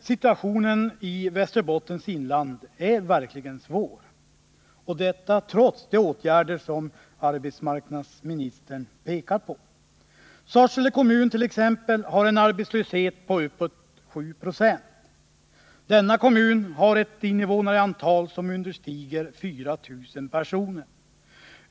Situationen i Västerbottens inland är verkligen svår, trots de åtgärder som arbetsmarknadsministern pekar på. Sorsele kommun t.ex. har en arbetslöshet på uppåt 7 Ze. Denna kommun har ett inv personer.